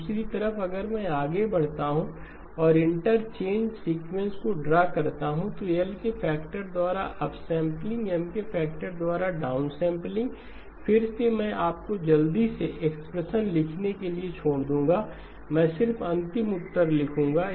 दूसरी तरफ अगर मैं आगे बढ़ता हूं और इंटरचेंजड सीक्वेंस को ड्रा करता हूं तो L के फैक्टर द्वारा अपसैंपलिंग M के फैक्टर द्वारा डाउनसैंपलिंग फिर से मैं आपको जल्दी से एक्सप्रेशनलिखने के लिए छोड़ दूंगा मैं सिर्फ अंतिम उत्तर लिखूंगा